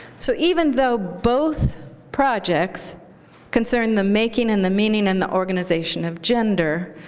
so even though both projects concern the making and the meaning and the organization of gender,